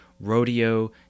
rodeo